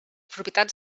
propietats